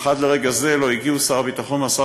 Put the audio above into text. אך עד לרגע זה לא הגיעו שר הביטחון והשר